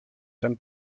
ten